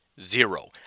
Zero